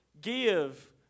give